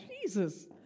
Jesus